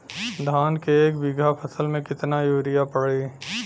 धान के एक बिघा फसल मे कितना यूरिया पड़ी?